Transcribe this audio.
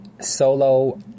Solo